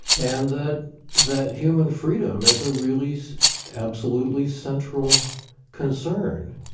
and that that human freedom is a really so absolutely central concern,